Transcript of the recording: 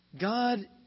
God